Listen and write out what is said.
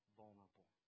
vulnerable